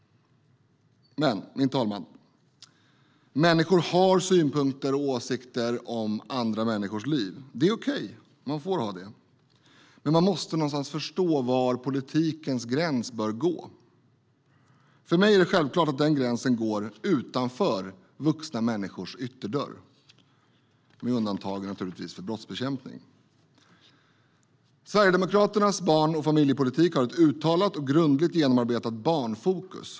Människor har synpunkter och åsikter om andra människors liv, min talman. Det är okej. Man får ha det. Men man måste någonstans förstå var politikens gräns bör gå. För mig är det självklart att den gränsen går utanför vuxna människors ytterdörr, naturligtvis med undantag för brottsbekämpning. Sverigedemokraternas barn och familjepolitik har ett uttalat och grundligt genomarbetat barnfokus.